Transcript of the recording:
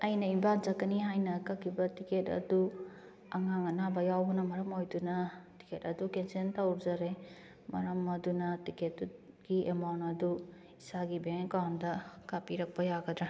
ꯑꯩꯅ ꯏꯝꯐꯥꯜ ꯆꯠꯀꯅꯤ ꯍꯥꯏꯅ ꯀꯛꯈꯤꯕ ꯇꯤꯀꯦꯠ ꯑꯗꯨ ꯑꯉꯥꯡ ꯑꯅꯥꯕ ꯌꯥꯎꯕꯅ ꯃꯔꯝ ꯑꯣꯏꯗꯨꯅ ꯇꯤꯀꯦꯠ ꯑꯗꯨ ꯀꯦꯟꯁꯦꯜ ꯇꯧꯖꯔꯦ ꯃꯔꯝ ꯑꯗꯨꯅ ꯇꯤꯀꯦꯠꯇꯨꯒꯤ ꯑꯦꯃꯥꯎꯟ ꯑꯗꯨ ꯏꯁꯥꯒꯤ ꯕꯦꯡ ꯑꯦꯀꯥꯎꯅꯗ ꯀꯥꯞꯄꯤꯔꯛꯄ ꯌꯥꯒꯗ꯭ꯔꯥ